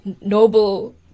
noble